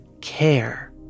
care